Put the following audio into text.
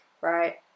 right